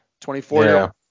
24